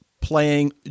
playing